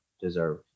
deserve